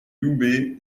loubet